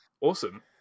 awesome